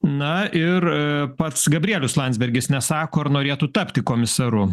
na ir pats gabrielius landsbergis nesako ar norėtų tapti komisaru